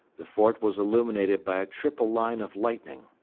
the fort was illuminated by a triple line of lightning.